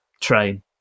train